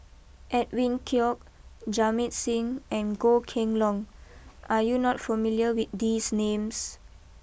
Edwin Koek Jamit Singh and Goh Kheng long are you not familiar with these names